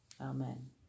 Amen